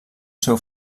seu